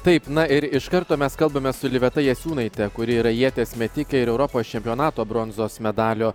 taip na ir iš karto mes kalbame su liveta jasiūnaite kuri yra ieties metikė ir europos čempionato bronzos medalio